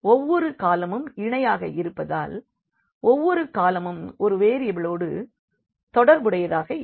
ஒவ்வொரு காலமும் இணையாக இருப்பதால் ஒவ்வொரு காலமும் ஒரு வேரியபிளோடு தொடர்புடையதாக இருக்கும்